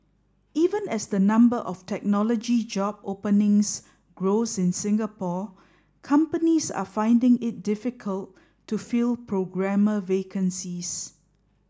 even as the number of technology job openings grows in Singapore companies are finding it difficult to fill programmer vacancies